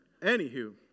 Anywho